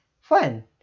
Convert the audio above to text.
fun